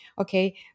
Okay